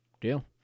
Deal